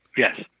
Yes